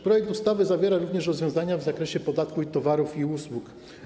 Projekt ustawy zwiera również rozwiązania w zakresie podatku od towarów i usług.